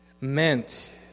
meant